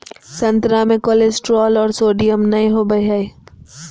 संतरा मे कोलेस्ट्रॉल और सोडियम नय होबय हइ